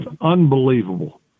unbelievable